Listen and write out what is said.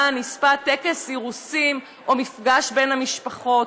שנספה טקס אירוסין או מפגש בין משפחות,